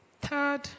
third